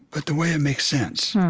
but the way it makes sense.